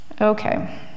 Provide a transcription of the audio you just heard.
Okay